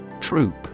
Troop